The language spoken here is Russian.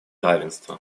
равенства